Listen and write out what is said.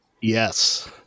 Yes